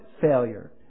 failure